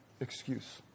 excuse